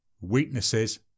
weaknesses